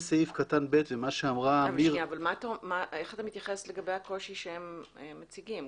אבל איך אתה מתייחס לגבי הקושי שהם מציגים?